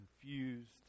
confused